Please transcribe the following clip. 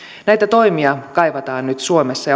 näitä toimia kaivataan nyt suomessa